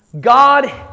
God